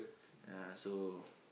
ya so